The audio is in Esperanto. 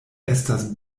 estas